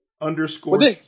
underscore